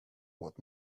what